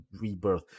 rebirth